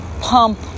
pump